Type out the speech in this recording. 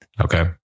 Okay